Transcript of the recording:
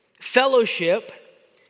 fellowship